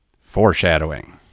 foreshadowing